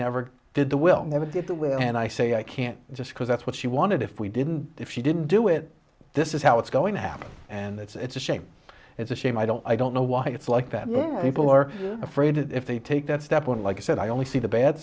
never did the will never did that and i say i can't just because that's what she wanted if we didn't if she didn't do it this is how it's going to happen and it's a shame it's a shame i don't i don't know why it's like that people are afraid if they take that step and like i said i only see the bad